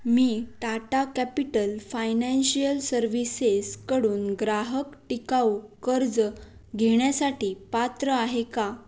मी Tata capital financial सर्व्हिसेसकडून ग्राहक टिकाऊ कर्ज घेण्यासाठी पात्र आहे का